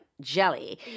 jelly